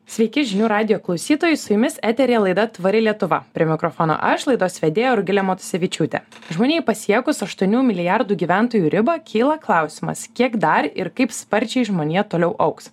sveiki žinių radijo klausytojai su jumis eteryje laida tvari lietuva prie mikrofono aš laidos vedėja rugilė matusevičiūtė žmonijai pasiekus aštuonių milijardų gyventojų ribą kyla klausimas kiek dar ir kaip sparčiai žmonija toliau augs